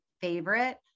favorite